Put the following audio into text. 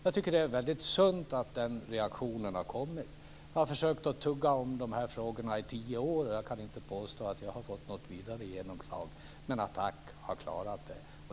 Jag tycker att det är väldigt sunt att den reaktionen har kommit. Jag har tuggat om dessa frågor i tio år. Jag kan inte påstå att jag har fått något vidare genomslag, men ATTAC har klarat det.